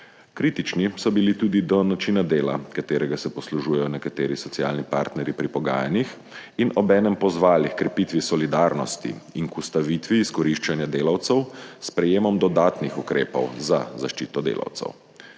Kritični so bili tudi do načina dela, ki se ga poslužujejo nekateri socialni partnerji pri pogajanjih, in obenem pozvali h krepitvi solidarnosti in k ustavitvi izkoriščanja delavcev s sprejemom dodatnih ukrepov za zaščito delavcev.